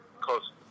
close